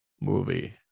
movie